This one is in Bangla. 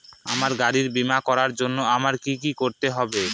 আমার গাড়ির বীমা করার জন্য আমায় কি কী করতে হবে?